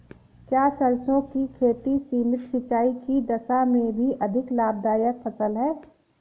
क्या सरसों की खेती सीमित सिंचाई की दशा में भी अधिक लाभदायक फसल है?